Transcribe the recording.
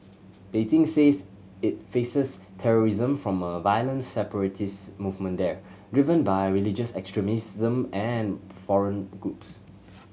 Beijing says it faces terrorism from a violent separatist movement there driven by religious extremism and foreign groups